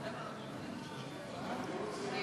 מי